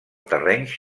terrenys